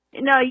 No